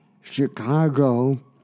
Chicago